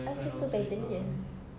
I suka pattern dia